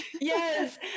Yes